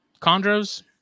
Chondros